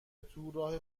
تو، راه